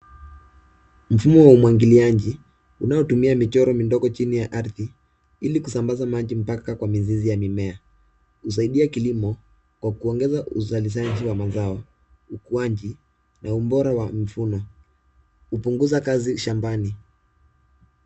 Mfumo wa umwagiliaji, unaotumia michoro midogo chini ya ardhi, ili kusambaza maji mpaka kwa mizizi ya mimea. Husaidia kilimo kwa kuongeza uzalishaji wa mazao, ukuaji na ubora wa mvuno. Hupunguza kazi shambani.